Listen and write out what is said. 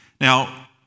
Now